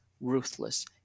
ruthless